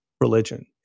religion